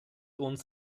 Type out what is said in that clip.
uns